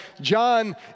John